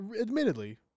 admittedly